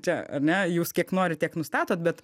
čia ar ne jūs kiek norit tiek nustatot bet